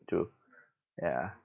too ya